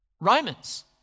Romans